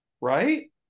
right